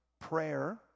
prayer